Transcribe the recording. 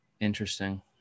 Interesting